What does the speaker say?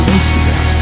Instagram